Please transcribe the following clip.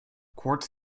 quartz